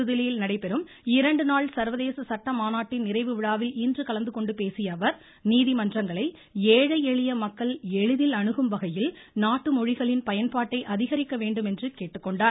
புதுதில்லியில் இன்று சர்வதேச சட்ட மாநாட்டின் நிறைவு விழாவில் கலந்து கொண்டு பேசிய அவர் நீதிமன்றங்களை ஏழை எளிய மக்கள் எளிதில் அணுகும் வகையில் நாட்டு மொழிகளின் பயன்பாட்டை அதிகரிக்க வேண்டும் என்று கேட்டுக் கொண்டார்